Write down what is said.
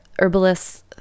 herbalists